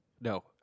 No